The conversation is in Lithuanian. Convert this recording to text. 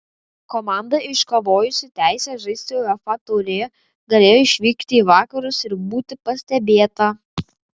komanda iškovojusi teisę žaisti uefa taurėje galėjo išvykti į vakarus ir būti pastebėta